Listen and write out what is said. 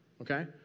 okay